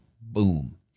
Boom